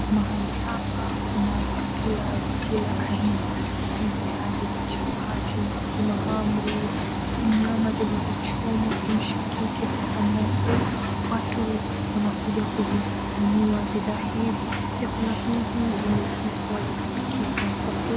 Mahali hapa kuna vyakula vya kila aina, si viazi, si chapati, si mahamri, si nyama zilizo chomwa, si mshakiki, si samosa. Watu wanakuja kuzinunua bidhaa hizi. Vyakula hivi vimepikwa vikapikika kwa kweli.